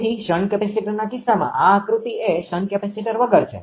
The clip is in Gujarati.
તેથી શન્ટ કેપેસિટરના કિસ્સામાં આ આકૃતિ એ શન્ટ કેપેસિટર વગર છે